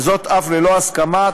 וזאת אף ללא הסכמת